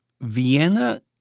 Vienna